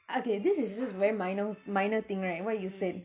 ah K this is jusT_Very minor minor thing right what you said